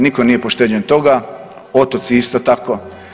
Niko nije pošteđen toga, otoci isto tako.